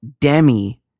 Demi